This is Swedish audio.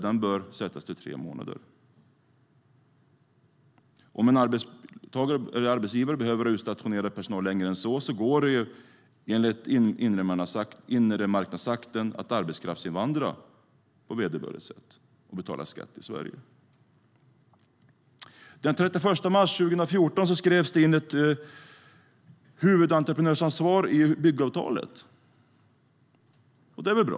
Den bör sättas till tre månader. Om en arbetsgivare behöver ha utstationerad personal längre går det enligt inremarknadsakten att arbetskraftsinvandra på vederbörligt sätt och betala skatt i Sverige.Den 31 mars 2014 skrevs ett huvudentreprenörsansvar in i byggavtalet. Det är väl bra.